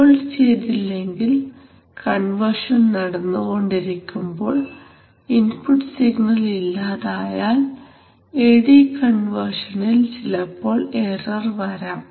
hold ചെയ്തില്ലെങ്കിൽ conversion നടന്നുകൊണ്ടിരിക്കുമ്പോൾ input signal ഇല്ലാതായാൽ എ ഡി കൺവെർഷനിൽ ചിലപ്പോൾ എറർ വരാം